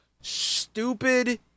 stupid